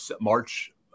march